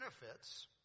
benefits